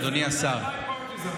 אדוני השר,